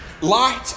light